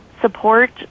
support